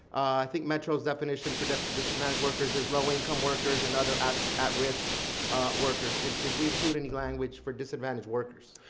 i think metro's definition for disadvantaged workers, is low income workers and other at at risk workers. did did we include any language for disadvantaged workers?